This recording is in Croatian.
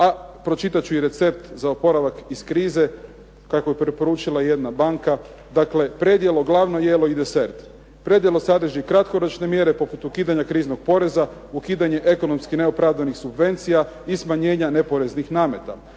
A pročitat ću i recept za oporavak iz krize kako je poručila jedna banka. Dakle, predjelo, glavno jelo i desert. Predjelo sadrži kratkoročne mjere poput ukidanje kriznog poreza, ukidanje ekonomski neopravdanih subvencija i smanjena neporeznih nameta.